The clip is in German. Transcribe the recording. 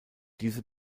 diese